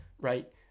right